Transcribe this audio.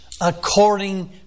according